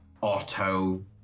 auto